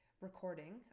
recording